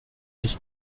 ich